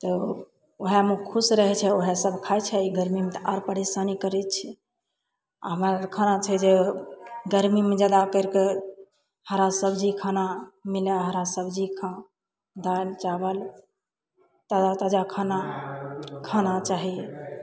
तऽ ओएहमे उ खुश रहय छै ओएहसँ खाय छै एहि गरमीमे तऽ आर परेशानी करय छै आओर हमरा आरके खाना छै जे गरमीमे जादा करि कऽ हरा सब्जी खाना बिना हरा सब्जी खाउ दालि चावल ताजा ताजा खाना खाना चाही